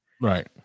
Right